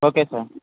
okay sir